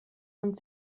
und